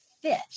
fit